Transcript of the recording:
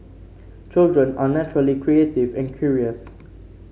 children are naturally creative and curious